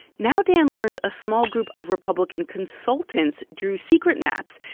now dan learns a small group of republican consultants drew secret maps,